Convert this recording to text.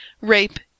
rape